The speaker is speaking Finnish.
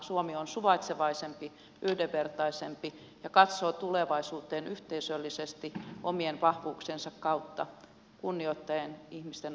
suomi on suvaitsevaisempi yhdenvertaisempi ja katsoo tulevaisuuteen yhteisöllisesti omien vahvuuksiensa kautta kunnioittaen ihmisten onnellisuutta